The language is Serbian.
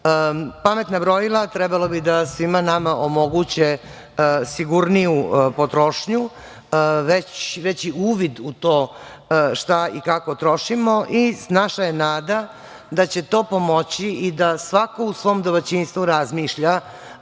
Pametna brojila trebalo bi da svima nama omoguće sigurniju potrošnju, veći uvid u to šta i kako trošimo i naša je nada da će to pomoći i da svako u svom domaćinstvu razmišlja,